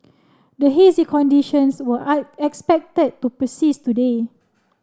the hazy conditions were expected to persist today